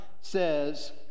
says